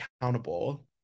accountable